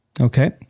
okay